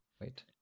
Wait